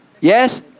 Yes